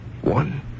One